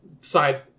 side